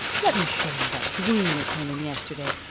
let me show you that green that came in yesterday.